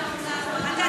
אתה לא רוצה לענות על זה?